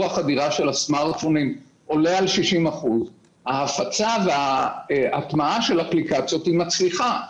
החדירה של הסמארטפונים עולה על 60% ההפצה וההטמעה של האפליקציות מצליחה.